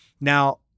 Now